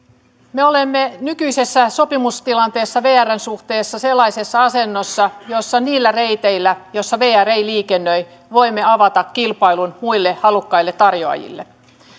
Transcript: me olemme nykyisessä sopimustilanteessa vrn suhteen sellaisessa asennossa jossa niillä reiteillä joilla vr ei liikennöi voimme avata kilpailun muille halukkaille tarjoajille